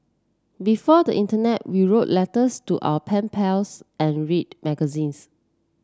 before the internet we wrote letters to our pen pals and read magazines